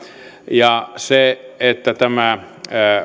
ja se että nämä